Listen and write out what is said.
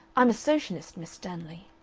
i'm a socialist, miss stanley.